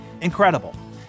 incredible